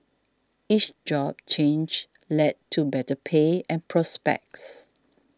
each job change led to better pay and prospects